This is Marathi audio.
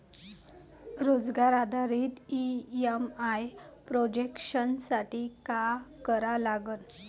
रोजगार आधारित ई.एम.आय प्रोजेक्शन साठी का करा लागन?